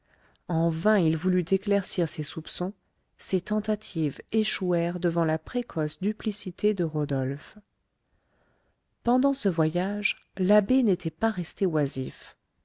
en vain il voulut éclaircir ses soupçons ses tentatives échouèrent devant la précoce duplicité de rodolphe pendant ce voyage l'abbé n'était pas resté oisif